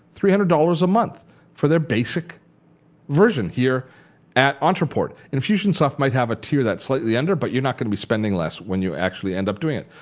three hundred dollars a month for their basic version here at ontraport. infusion soft might have a tier that's slightly under but you're not going to be spending less when you actually end up doing it.